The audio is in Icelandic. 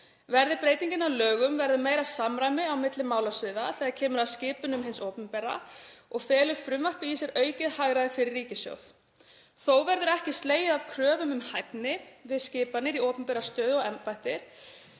Verði breytingin að lögum verður meira samræmi á milli málasviða þegar kemur að skipunum hins opinbera og felur frumvarpið í sér aukið hagræði fyrir ríkissjóð. Þó verður ekki slegið af kröfum um hæfni við skipanir í opinberar stöður og embætti